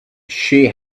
she